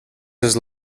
his